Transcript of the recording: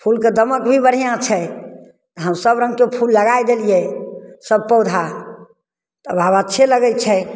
फूल के दमक भी बढ़िआँ छै हम सब रङ्गके फूल लगै देलिए सब पौधा तब आब अच्छे लगै छै